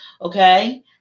Okay